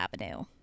avenue